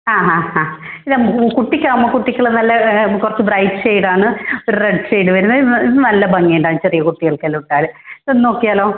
ആ ഹാ ഹാ ഇത് കുട്ടിക്കാകുമ്പോൾ കുട്ടിക്കുള്ള നല്ല കുറച്ച് ബ്രയിറ്റ് ഷെയ്ഡാണ് റെഡ് ഷെയ്ഡ് വരുന്നത് ഇത് ഇത് നല്ല ഭംഗി ഉണ്ടാവും ചെറിയ കുട്ടികൾക്കെല്ലാം ഇട്ടാൽ ഇതൊന്ന് നോക്കിയാല്ലോ